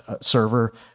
server